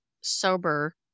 sober